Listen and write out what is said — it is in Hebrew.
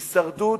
הישרדות,